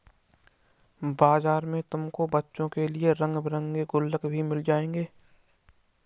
बाजार में तुमको बच्चों के लिए रंग बिरंगे गुल्लक भी मिल जाएंगे